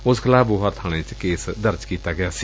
ਉਸ ਖਿਲਾਫ਼ ਬੋਹਾ ਬਾਣੇ ਚ ਕੇਸ ਦਰਜ ਕੀਤਾ ਗਿਆ ਸੀ